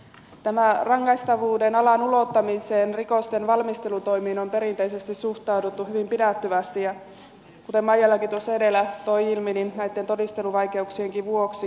tähän rangaistavuuden alan ulottamiseen rikosten valmistelutoimiin on perinteisesti suhtauduttu hyvin pidättyvästi kuten maijalakin tuossa edellä toi ilmi näiden todisteluvaikeuksienkin vuoksi